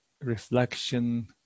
reflection